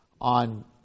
on